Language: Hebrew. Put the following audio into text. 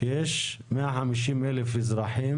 שיש 150,000 אזרחים